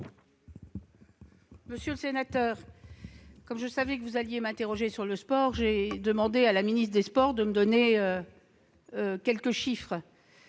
Monsieur le sénateur, sachant que vous alliez m'interroger sur ce sujet, j'ai demandé à la ministre des sports de me donner quelques chiffres.